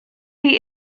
chi